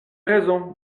raison